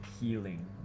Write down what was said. healing